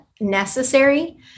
necessary